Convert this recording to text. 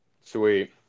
Sweet